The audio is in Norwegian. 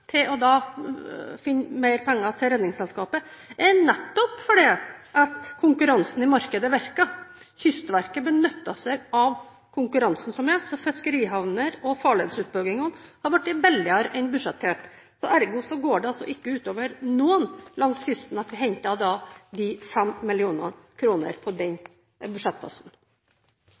til Redningsselskapet, er nettopp fordi konkurransen i markedet virker. Kystverket benytter seg av konkurransen som er, så fiskerihavner og farledsutbygginger er blitt billigere enn budsjettert. Ergo går det ikke ut over noen langs kysten at vi henter 5 mill. kr på den budsjettposten.